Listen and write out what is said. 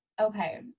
Okay